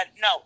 No